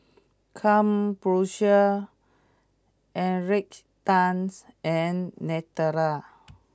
Krombacher Encik Tan and Nutella